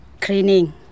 Cleaning